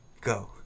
Go